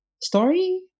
story